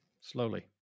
slowly